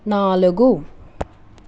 నాలుగు